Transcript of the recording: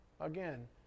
Again